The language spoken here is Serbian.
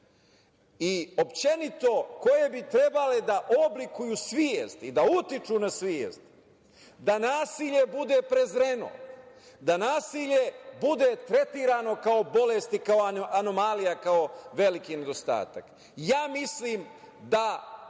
i koje bi trebale da oblikuju svest i da utiču na svest da nasilje bude prezreno, da nasilje bude tretirano kao bolest i kao anomalija, kao veliki nedostatak. Ja mislim da